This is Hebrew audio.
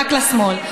רק לשמאל.